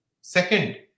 Second